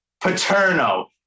paterno